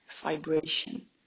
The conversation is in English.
vibration